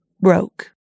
broke